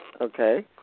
Okay